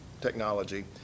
technology